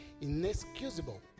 inexcusable